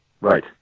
Right